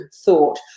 thought